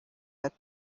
үед